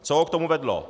Co ho k tomu vedlo?